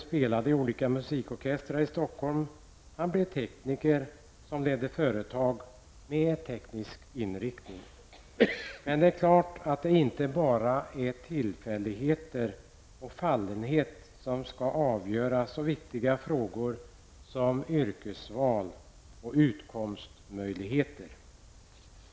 Han blev en tekniker som ledde företag med mekanisk inriktning. Men det är klart att inte bara tillfälligheter och fallenhet skall avgöra så viktiga frågor som yrkesval och utkomstmöjligheter.